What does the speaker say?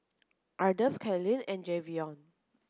Ardeth Kylene and Jayvion